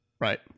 right